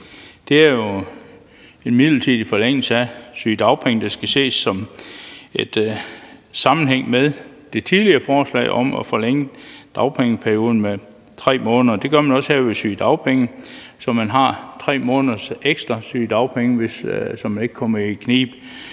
er en midlertidig forlængelse af sygedagpenge, der skal ses i sammenhæng med det tidligere forslag om at forlænge dagpengeperioden med 3 måneder. Det gør vi også her med sygedagpenge, så man har 3 måneders ekstra sygedagpenge, så man ikke kommer i knibe.